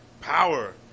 Power